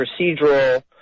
procedural